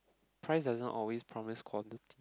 price doesn't always promise quantity